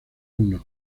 uno